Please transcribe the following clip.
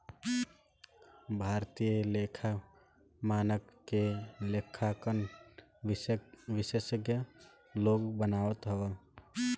भारतीय लेखा मानक के लेखांकन विशेषज्ञ लोग बनावत हवन